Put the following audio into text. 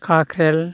खाख्रेल